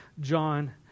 John